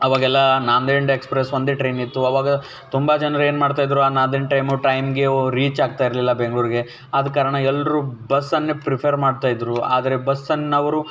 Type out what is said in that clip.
ಅವಾಗೆಲ್ಲ ನಾಂದೇಡ್ ಎಕ್ಸ್ಪ್ರೆಸ್ ಒಂದೇ ಟ್ರೈನಿತ್ತು ಆವಾಗ ತುಂಬ ಜನರು ಏನು ಮಾಡ್ತಾಯಿದ್ರು ಆ ನಾಂದೇಡ್ ಟ್ರೈಮು ಟೈಮ್ಗೆ ರೀಚ್ ಆಗ್ತಾಯಿರ್ಲಿಲ್ಲ ಬೆಂಗ್ಳೂರಿಗೆ ಆದ ಕಾರಣ ಎಲ್ಲರೂ ಬಸ್ಸನ್ನೇ ಪ್ರಿಫೆರ್ ಮಾಡ್ತಾಯಿದ್ರು ಆದರೆ ಬಸ್ಸನ್ನ ಅವರು